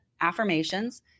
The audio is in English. affirmations